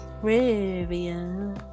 trivia